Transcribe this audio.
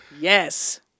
Yes